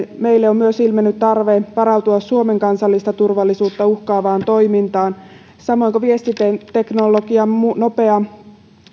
meille on myös ilmennyt tarve varautua suomen kansallista turvallisuutta uhkaavaan toimintaan samoin kuin viestiteknologian nopea